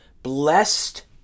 Blessed